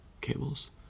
cables